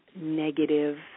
negative